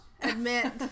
admit